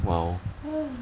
!wow!